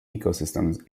ecosystems